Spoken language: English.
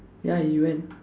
ya he went